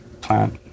plant